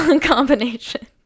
combination